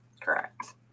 Correct